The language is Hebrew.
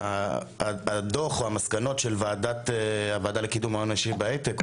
הדוח או המסקנות של הוועדה לקידום ההון האנושי בהייטק,